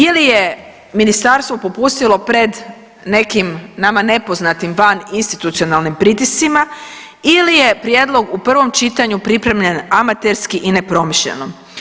Ili je Ministarstvo popustilo pred nekim, nama nepoznatim, vaninstitucionalnim pritiscima ili je prijedlog u prvom čitanju pripremljen amaterski i nepromišljeno.